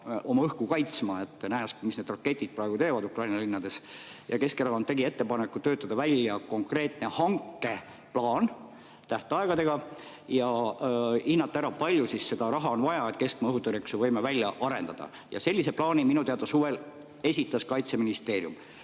oma õhku kaitsma, nähes, mis need raketid praegu teevad Ukraina linnades. Keskerakond tegi ettepaneku töötada välja konkreetne hankeplaan tähtaegadega ja hinnata ära, palju seda raha on vaja, et keskmaa õhutõrje võime välja arendada. Ja sellise plaani minu teada suvel esitas Kaitseministeerium.